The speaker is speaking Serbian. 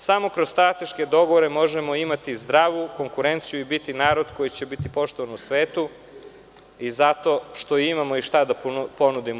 Samo kroz strateške dogovore možemo imati zdravu konkurenciju i biti narod koji će biti poštovan u svetu zato što istom imamo šta da ponudimo.